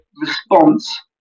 response